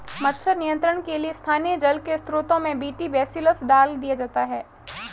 मच्छर नियंत्रण के लिए स्थानीय जल के स्त्रोतों में बी.टी बेसिलस डाल दिया जाता है